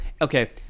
okay